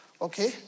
okay